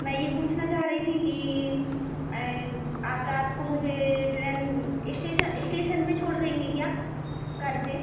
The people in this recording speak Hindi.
मैं यह पूछना चाह रही थी कि आप रात को मुझे ट्रेन इस्टेशन इस्टेशन पर छोड़ देंगे क्या घर से